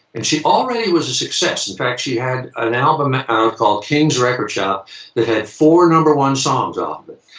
and she already was a success. in fact, she had an album out called king's record shop that had four number one songs off of it.